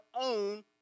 own